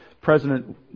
President